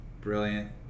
brilliant